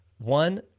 one